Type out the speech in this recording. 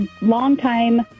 longtime